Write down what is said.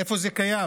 איפה זה קיים?